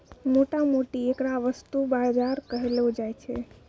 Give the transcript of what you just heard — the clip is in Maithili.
मोटा मोटी ऐकरा वस्तु बाजार कहलो जाय छै